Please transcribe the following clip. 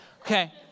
Okay